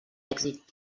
èxit